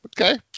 Okay